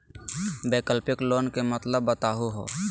वैकल्पिक लोन के मतलब बताहु हो?